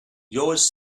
yours